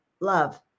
love